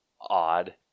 odd